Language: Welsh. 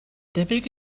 debyg